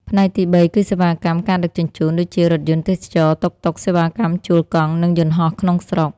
ផ្នែកទីបីគឺសេវាកម្មការដឹកជញ្ជូន ដូចជារថយន្តទេសចរណ៍ តុកតុក សេវាកម្មជួលកង់ និងយន្តហោះក្នុងស្រុក។